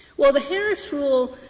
well, the harris rule